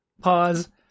pause